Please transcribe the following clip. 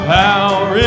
power